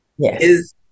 Yes